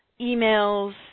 emails